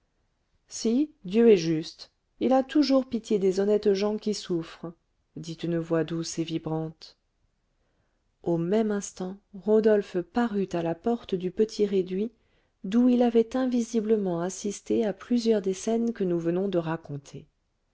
si dieu est juste il a toujours pitié des honnêtes gens qui souffrent dit une voix douce et vibrante au même instant rodolphe parut à la porte du petit réduit d'où il avait invisiblement assisté à plusieurs des scènes que nous venons de raconter